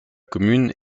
commune